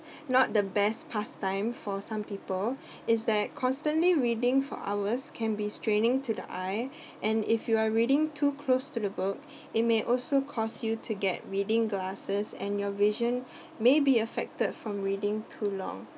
not the best pastime for some people is that constantly reading for hours can be straining to the eye and if you are reading too close to the book it may also cause you to get reading glasses and your vision may be affected from reading too long